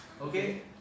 Okay